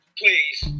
please